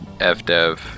FDEV